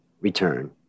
return